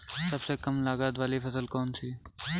सबसे कम लागत वाली फसल कौन सी है?